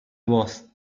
voz